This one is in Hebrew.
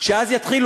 שאז יתחילו,